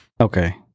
Okay